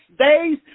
days